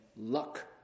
luck